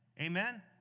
amen